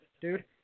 dude